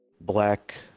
black